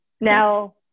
Now